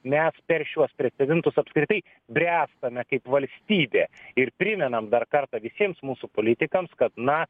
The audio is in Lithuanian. mes per šiuos precedentus apskritai bręstame kaip valstybė ir primenam dar kartą visiems mūsų politikams kad na